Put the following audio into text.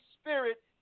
Spirit